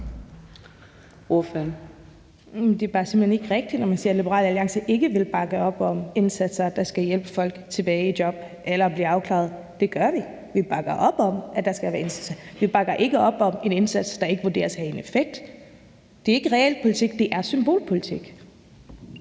hen bare ikke rigtigt, når man siger, at Liberal Alliance ikke vil bakke op om indsatser, der skal hjælpe folk tilbage i job eller til at blive afklaret. Det gør vi; vi bakker op om, at der skal være indsatser. Vi bakker ikke op om en indsats, der ikke vurderes at have en effekt. Det her er ikke realpolitik, det er symbolpolitik.